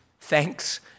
Thanks